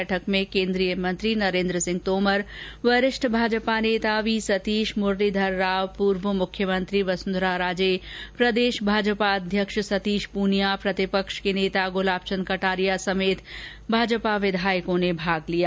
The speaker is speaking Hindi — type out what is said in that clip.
बैठक में केन्द्रीय मंत्री नरेन्द्र सिंह तोमर वरिष्ठ भाजपा नेता वी सतीश मुरलीधर राव पूर्व मुख्यमंत्री वसुंधरा राजे प्रदेश भाजपा अध्यक्ष सतीश प्रनिया प्रतिपक्ष के नेता गुलाबचन्द कटारिया समेत भाजपा विधायको ने भाग लिया